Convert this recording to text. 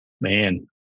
man